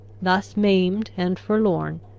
thus maimed and forlorn,